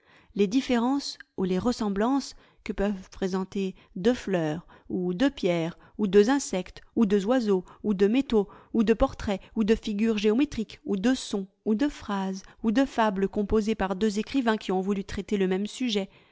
les difi'érences ou les ressemblances que peuvent présenter deux fleurs ou deux pierres ou deux insectes ou deux oiseaux ou deux métaux ou deux portraits ou deux figures géométriques ou deux sons ou deux phrases ou deux fables composées par deux écrivains qui ont voulu traiter le même sujet